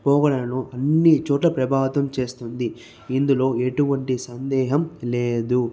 పోకడాలను అన్ని చోట్ల ప్రభావితం చేస్తుంది ఇందులో ఎటువంటి సందేహం లేదు